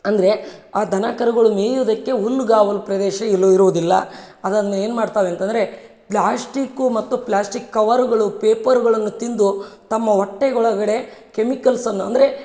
ಅಂದರೆ ಆ ದನ ಕರುಗಳು ಮೇಯುವುದಕ್ಕೆ ಹುಲ್ಗಾವಲ್ ಪ್ರದೇಶ ಎಲ್ಲೂ ಇರುವುದಿಲ್ಲ ಅದನ್ನ ಏನು ಮಾಡ್ತಾವೆ ಅಂತಂದರೆ ಪ್ಲಾಸ್ಟಿಕು ಮತ್ತು ಪ್ಲಾಸ್ಟಿಕ್ ಕವರುಗಳು ಪೇಪರ್ಗಳನ್ನು ತಿಂದು ತಮ್ಮ ಹೊಟ್ಟೆ ಒಳಗಡೆ ಕೆಮಿಕಲ್ಸನ್ನು ಅಂದರೆ